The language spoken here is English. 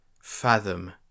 fathom